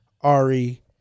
Ari